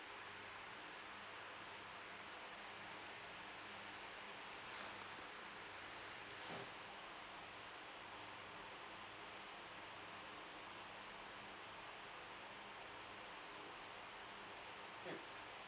mm